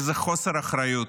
איזה חוסר אחריות.